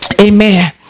Amen